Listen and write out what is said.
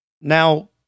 Now